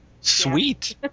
sweet